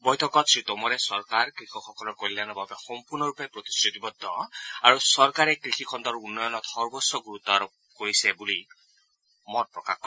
বৈঠকত শ্ৰীটোমৰে চৰকাৰ কৃষকসকলৰ কল্যাণৰ বাবে সম্পূৰ্ণৰূপে প্ৰতিশ্ৰুতিবদ্ধ আৰু চৰকাৰে কৃষি খণ্ডৰ উন্নয়নত সৰ্বোচ্চ ণ্ৰুত্ব প্ৰদান কৰি আহিছে বুলি মত প্ৰকাশ কৰে